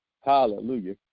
hallelujah